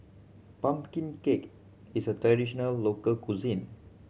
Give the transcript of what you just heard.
pumpkin cake is a traditional local cuisine